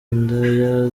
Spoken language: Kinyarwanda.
indaya